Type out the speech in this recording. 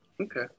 Okay